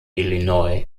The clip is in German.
illinois